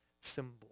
symbol